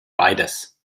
beides